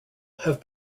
have